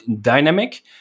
dynamic